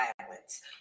violence